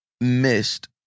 missed